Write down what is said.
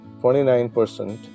29%